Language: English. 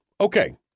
Okay